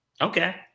Okay